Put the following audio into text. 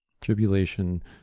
tribulation